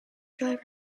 driver